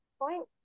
point